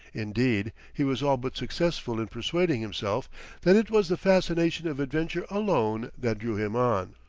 indeed he was all but successful in persuading himself that it was the fascination of adventure alone that drew him on.